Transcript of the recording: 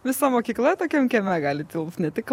visa mokykla tokiam kieme gali tilpt ne tik